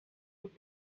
خرد